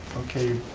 okay,